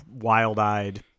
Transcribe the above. wild-eyed